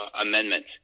Amendment